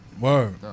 Word